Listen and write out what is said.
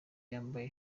yambaye